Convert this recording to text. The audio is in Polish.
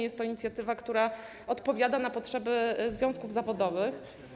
Jest to inicjatywa, która odpowiada na potrzeby związków zawodowych.